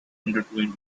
intertwined